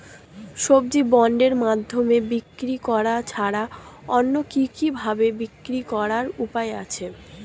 সবজি বন্ডের মাধ্যমে বিক্রি করা ছাড়া অন্য কি কি ভাবে বিক্রি করার উপায় আছে?